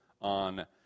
on